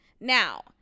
Now